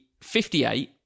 58